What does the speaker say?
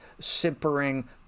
simpering